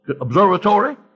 observatory